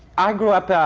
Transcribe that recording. i grew up,